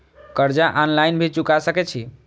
कर्जा ऑनलाइन भी चुका सके छी?